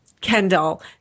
Kendall